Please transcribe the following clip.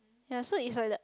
ya so is like the